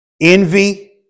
Envy